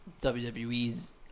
WWE's